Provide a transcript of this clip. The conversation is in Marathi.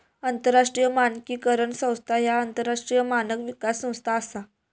आंतरराष्ट्रीय मानकीकरण संस्था ह्या आंतरराष्ट्रीय मानक विकास संस्था असा